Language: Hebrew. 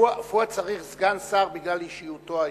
פואד צריך סגן שר בגלל אישיותו האישית,